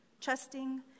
trusting